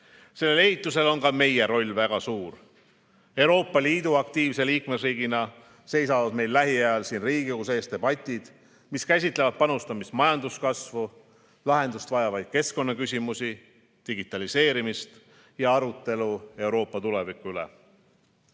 Sellel ehitusel on ka meie roll väga suur. Euroopa Liidu aktiivse liikmesriigina seisavad meil lähiajal siin Riigikogus ees debatid, mis käsitlevad panustamist majanduskasvu, lahendust vajavaid keskkonnaküsimusi, digitaliseerimist ja arutelu Euroopa tuleviku üle.